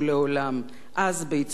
בעיצומה של ההפגנה ההיא,